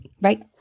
right